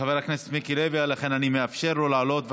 לחבר הכנסת מיקי לוי, לכן אני מאפשר לו לעלות.